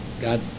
God